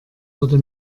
würde